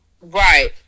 Right